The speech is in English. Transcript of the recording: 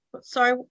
Sorry